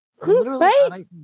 right